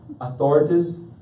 authorities